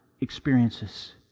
experiences